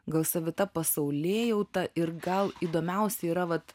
gal savita pasaulėjauta ir gal įdomiausi yra vat